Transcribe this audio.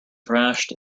thrashed